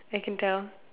I can tell